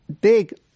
big